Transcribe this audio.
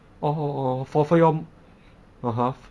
oh oh oh fall fall down (uh huh)